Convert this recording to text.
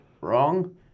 wrong